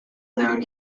known